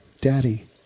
daddy